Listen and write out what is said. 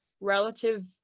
Relative